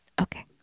Okay